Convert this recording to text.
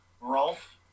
Rolf